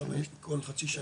שם יש כל חצי שנה.